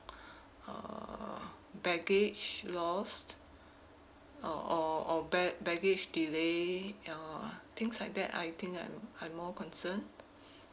err baggage lost or or or ba~ baggage delay ya things like that I think I I more concern